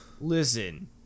Listen